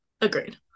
Agreed